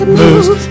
moves